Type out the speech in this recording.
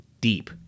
deep